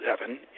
seven